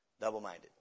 Double-minded